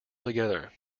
together